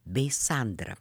bei sandrą